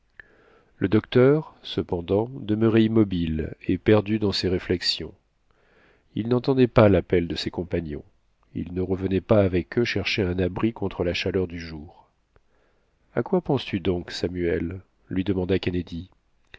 le docteur cependant demeurait immobile et perdu dans ses réflexions il n'entendait pas l'appel de ses compagnons il ne revenait pas avec eux chercher un abri contre la chaleur du jour a quoi penses-tu donc samuel lui demanda